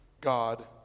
God